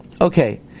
Okay